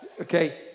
okay